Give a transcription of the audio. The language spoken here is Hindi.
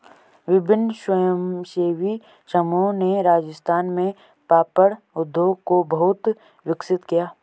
विभिन्न स्वयंसेवी समूहों ने राजस्थान में पापड़ उद्योग को बहुत विकसित किया